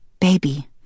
Baby